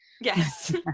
Yes